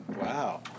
wow